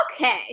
Okay